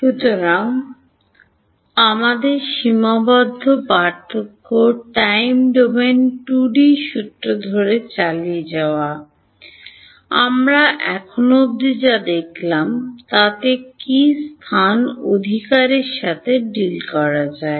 সুতরাং আমাদের সীমাবদ্ধ পার্থক্য টাইম ডোমেন 2 ডি সূত্র ধরে চালিয়ে যাওয়া আমরা এখন অবধি যা দেখলাম তাতে কি স্থান অধিকারের সাথে ডিল করা যায়